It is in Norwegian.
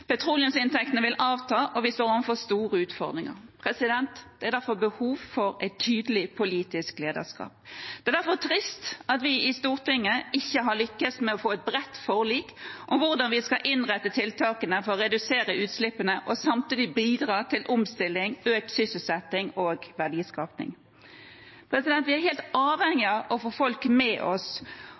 Petroleumsinntektene vil avta, og vi står overfor store utfordringer. Det er derfor behov for et tydelig politisk lederskap. Det er derfor trist at vi i Stortinget ikke har lykkes med å få et bredt forlik om hvordan vi skal innrette tiltakene for å redusere utslippene, og samtidig bidra til omstilling, økt sysselsetting og verdiskaping. Vi er helt avhengige av å få folk og virksomhetene med oss